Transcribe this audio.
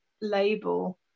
label